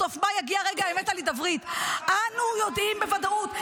בסוף מאי יגיע רגע האמת על ההידברות"; "אנו יודעים בוודאות,